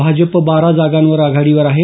भाजप बारा जागांवर आघाडीवर आहे